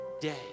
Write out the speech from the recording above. day